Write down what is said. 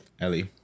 Ellie